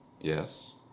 Yes